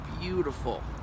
beautiful